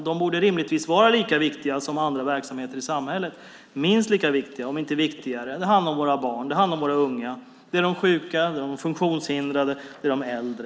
De borde rimligtvis vara minst lika viktiga, om inte viktigare, som andra verksamheter i samhället. Det handlar om våra barn, våra unga, de sjuka, de funktionshindrade och de äldre.